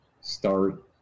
Start